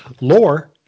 Lore